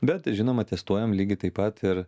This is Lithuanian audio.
bet žinoma testuojam lygiai taip pat ir